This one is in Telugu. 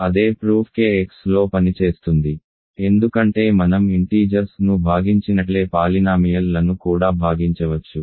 అదే ప్రూఫ్ kx లో పనిచేస్తుంది ఎందుకంటే మనం ఇంటీజర్స్ ను భాగించినట్లే పాలినామియల్ లను కూడా భాగించవచ్చు